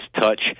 touch